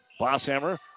Bosshammer